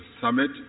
summit